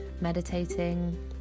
meditating